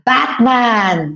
Batman